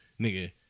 Nigga